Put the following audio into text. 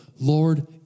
lord